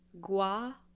Gua